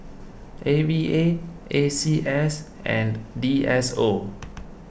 A V A A C S and D S O